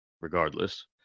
regardless